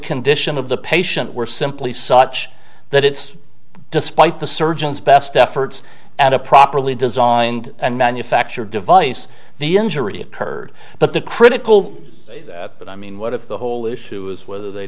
condition of the patient were simply such that it's despite the surgeons best efforts at a properly designed and manufactured device the injury occurred but the critical but i mean what if the whole issue is whether they